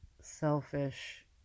selfish